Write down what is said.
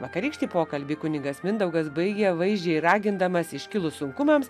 vakarykštį pokalbį kunigas mindaugas baigė vaizdžiai ragindamas iškilus sunkumams